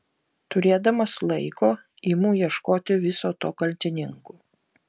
turėdamas laiko imu ieškoti viso to kaltininkų